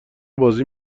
بازی